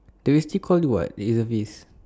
they will still call you [what] reservist